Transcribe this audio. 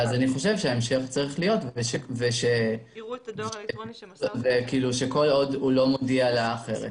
אני חושב שצריך להיות שכל עוד הוא לא מודיע לה אחרת,